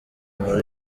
nkuru